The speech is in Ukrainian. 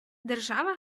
держава